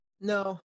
No